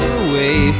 away